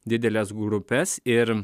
dideles grupes ir